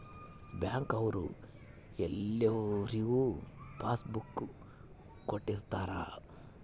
bank ಅವ್ರು ಎಲ್ರಿಗೂ passbook ಕೊಟ್ಟಿರ್ತರ